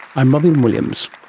i'm robyn williams